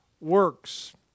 Works